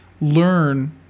learn